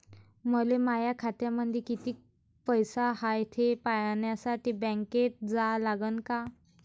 मले माया खात्यामंदी कितीक पैसा हाय थे पायन्यासाठी बँकेत जा लागनच का?